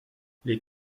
les